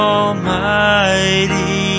Almighty